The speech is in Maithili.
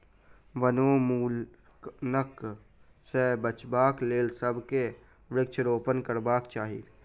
वनोन्मूलनक सॅ बचाबक लेल सभ के वृक्षारोपण करबाक चाही